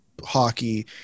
Hockey